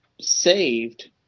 saved